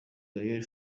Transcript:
gael